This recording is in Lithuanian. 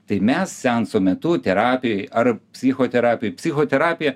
tai mes seanso metu terapijoj ar psichoterapijoj psichoterapija